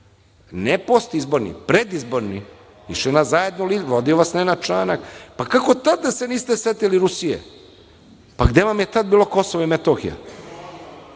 ne postizborni, predizborni, išli zajedno, vodio vas Nenad Čanak, pa kako tada se niste setili Rusije, pa gde vam je tad bilo Kosovo i Metohija? Pa,